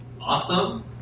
Awesome